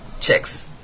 chicks